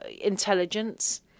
intelligence